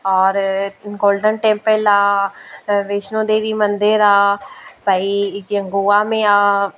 और golden temple आहे वैष्णो देवी मंदरु आहे भई जीअं गोवा में आहे